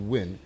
Win